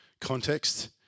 context